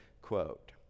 quote